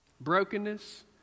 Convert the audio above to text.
Brokenness